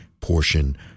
portion